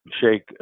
shake